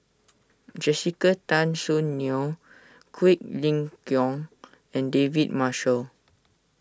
Jessica Tan Soon Neo Quek Ling Kiong and David Marshall